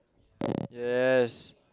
yes